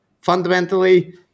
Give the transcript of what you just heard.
fundamentally